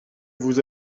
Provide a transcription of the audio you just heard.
vous